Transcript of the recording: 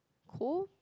cool